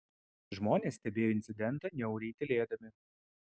žmonės stebėjo incidentą niauriai tylėdami